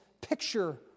picture